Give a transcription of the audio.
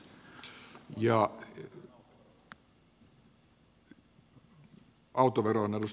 arvoisa herra puhemies